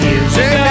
Music